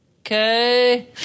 Okay